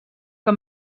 que